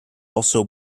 also